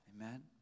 Amen